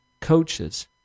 coaches